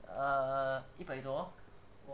err 一百多